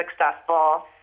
successful